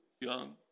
young